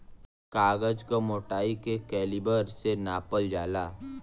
कागज क मोटाई के कैलीबर से नापल जाला